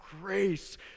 grace